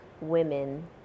women